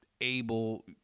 able